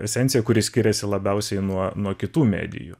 esencija kuri skiriasi labiausiai nuo nuo kitų medijų